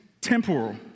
temporal